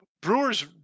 Brewers